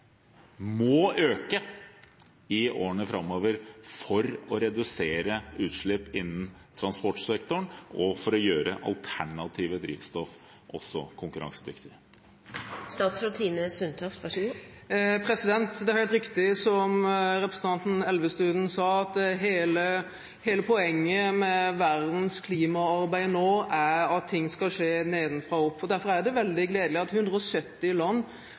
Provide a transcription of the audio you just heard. må økes i årene framover, for å redusere utslipp innen transportsektoren og for å gjøre alternative drivstoff også konkurransedyktige. Det er helt riktig som representanten Elvestuen sa, at hele poenget med verdens klimaarbeid nå er at ting skal skje nedenfra og opp. Derfor er det veldig gledelig at 170 land